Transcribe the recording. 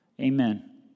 Amen